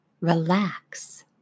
Relax